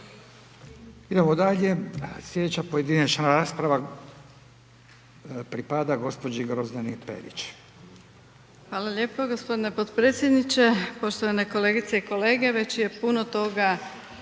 Idemo dalje. Slijedeća pojedinačna rasprava pripada gospođi Grozdani Perić. **Perić, Grozdana (HDZ)** Hvala lijepa gospodine potpredsjedniče, poštovane kolegice i kolege već je puno toga